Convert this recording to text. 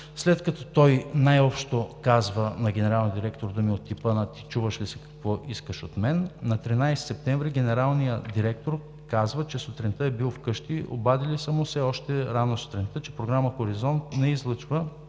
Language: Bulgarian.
след като той най-общо казва на генералния директор думи от типа на: „Ти чуваш ли се какво искаш от мен?“, на 13 септември генералният директор казва, че сутринта е бил вкъщи, обадили са му се още рано сутринта, че програма „Хоризонт“ не излъчва